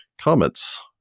comments